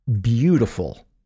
beautiful